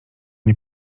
nie